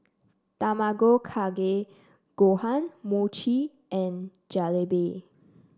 Tamago Kake Gohan Mochi and Jalebi